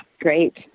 Great